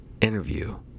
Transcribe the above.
interview